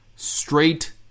Straight